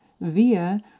via